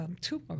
tumor